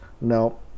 no